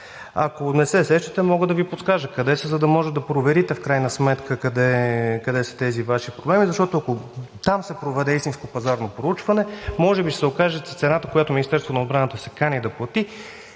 Ако не се сещате, мога да Ви подскажа къде са, за да може да проверите в крайна сметка къде са тези Ваши проблеми, защото, ако там се проведе истинско пазарно проучване, може би ще се окаже, че цената, която Министерството на отбраната се кани да плати,